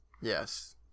yes